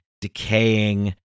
decaying